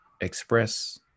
express